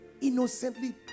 innocently